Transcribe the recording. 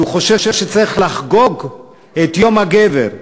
שחושב שצריך לחגוג את יום הגבר.